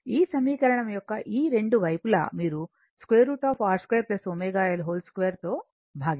ఈ సమీకరణం యొక్క ఈ రెండు వైపులా మీరు √ R 2 ω L 2 తో భాగించాలి